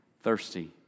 thirsty